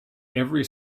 every